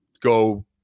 go